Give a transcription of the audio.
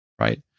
right